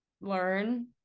learn